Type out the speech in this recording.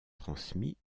transmis